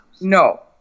No